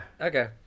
Okay